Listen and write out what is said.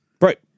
Right